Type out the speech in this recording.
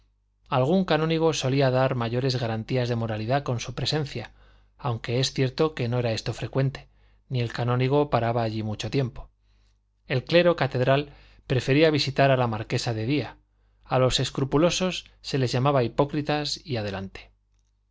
algún canónigo solía dar mayores garantías de moralidad con su presencia aunque es cierto que no era esto frecuente ni el canónigo paraba allí mucho tiempo el clero catedral prefería visitar a la marquesa de día a los escrupulosos se les llamaba hipócritas y adelante